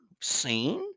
seen